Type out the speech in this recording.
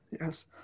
Yes